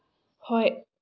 ꯍꯣꯏ